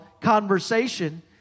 conversation